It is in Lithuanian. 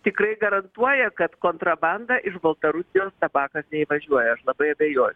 tikrai garantuoja kad kontrabanda iš baltarusijos tabakas neįvažiuoja aš labai abejoju